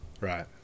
Right